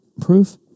proof